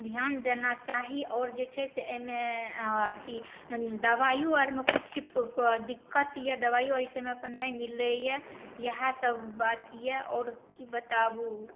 ध्यान देना चाही आओर जे छै से एहिमे अथी दबाइयो आरमे किछु दिक्कत यऽ दबाइयो आर समय पर नहि मिलैए यहए सब बात यऽ और की बताबु